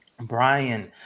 Brian